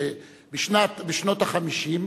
שבשנות ה-50,